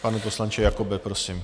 Pane poslanče Jakobe, prosím.